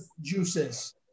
juices